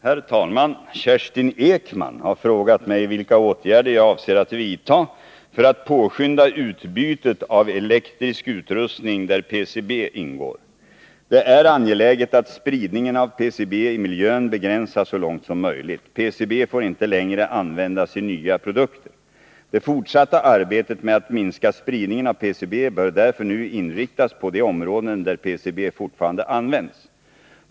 Herr talman! Kerstin Ekman har frågat mig vilka åtgärder jag avser att vidta för att påskynda utbytet av elektrisk utrustning där PCB ingår. Det är angeläget att spridningen av PCB i miljön begränsas så långt som möjligt. PCB får inte längre användas i nya produkter. Det fortsatta arbetet med att minska spridningen av PCB bör därför nu inriktas på de områden där PCB fortfarande används.